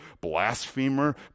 blasphemer